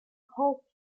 whole